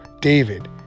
David